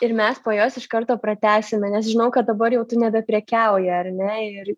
ir mes po jos iš karto pratęsime nes žinau kad dabar jau tu nebeprekiauji ar ne ir